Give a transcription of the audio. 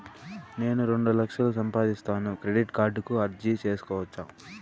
నేను రెండు లక్షలు సంపాదిస్తాను, క్రెడిట్ కార్డుకు అర్జీ సేసుకోవచ్చా?